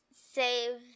save